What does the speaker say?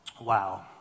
wow